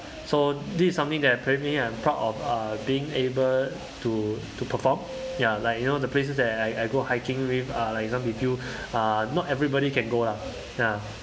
so this is something that currently I'm proud of uh being able to to perform ya like you know the places that I I go hiking with uh like some if you uh not everybody can go lah ya